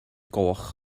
goch